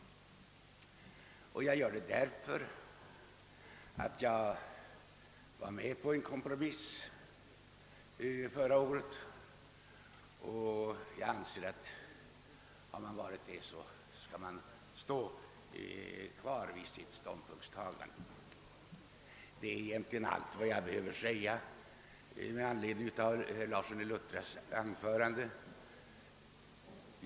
Jag gör det därför att jag förra året gick med på en kompromiss. Har man gjort det, anser jag att man skall stå kvar vid sitt ställningstagande. Det är egentligen allt vad jag behöver säga med anledning av det anförande herr Larsson i Luttra höll.